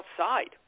outside